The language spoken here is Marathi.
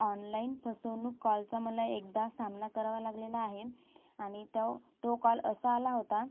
ऑनलाइन फसवणूक कॉलचा मला एकदा सामना करावा लागलेला आहे आणि तो तो कॉल असा आला होता